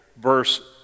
verse